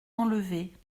enlevés